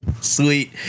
Sweet